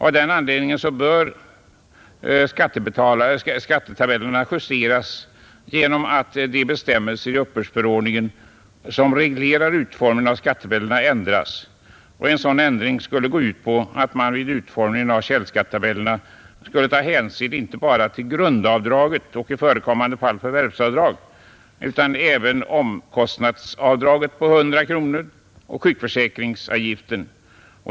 Av den anledningen bör skattetabellerna justeras genom att de bestämmelser i uppbördsförordningen som reglerar utformningen av skattetabellerna ändras. En sådan ändring skulle gå ut på att man vid utformningen av källskattetabellerna skulle ta hänsyn till inte bara grundavdraget och i förekommande fall förvärvsavdrag utan även omkostnadsavdraget på 100 kronor och sjukförsäkringsavgiften.